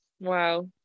Wow